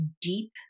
deep